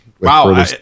Wow